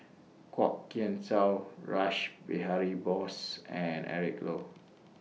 Kwok Kian Chow Rash Behari Bose and Eric Low